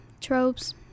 tropes